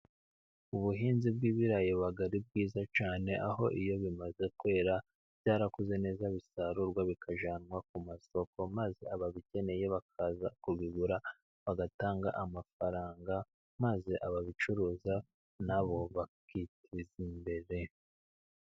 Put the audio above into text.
Ubuhinzi bw'ibirayi buba ari bwiza cyane, aho iyo bimaze kwera byarakuze neza bisarurwa bikajyanwa ku masoko, maze ababikeneye bakaza kubigura bagatanga amafaranga maze ababicuruza na bo bakiteza imbere.